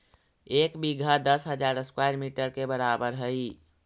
एक बीघा दस हजार स्क्वायर मीटर के बराबर हई